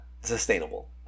sustainable